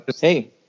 Hey